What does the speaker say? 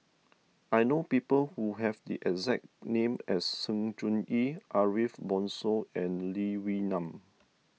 I know people who have the exact name as Sng Choon Yee Ariff Bongso and Lee Wee Nam